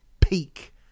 peak